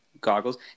goggles